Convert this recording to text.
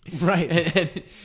Right